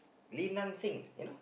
Lee-Nan-Xing you